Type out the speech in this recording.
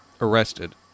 arrested